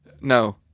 No